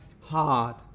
hard